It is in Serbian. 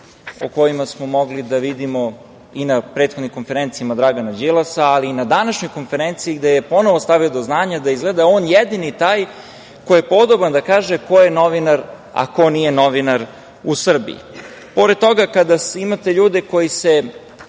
o kojima smo mogli da vidimo i na prethodnim konferencijama Dragana Đilasa, ali i na današnjoj konferenciji gde je ponovo stavio do znanja da je izgleda on jedini taj koji je podoban da kaže ko je novinar, a ko nije novinar u Srbiji. Pored toga, kada imate ljude koji se